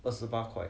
二十八块